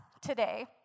today